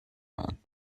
man